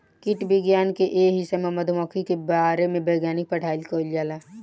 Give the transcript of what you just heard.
कीट विज्ञान के ए हिस्सा में मधुमक्खी के बारे वैज्ञानिक पढ़ाई कईल जाला